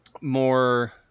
more